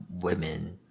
women